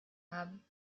haben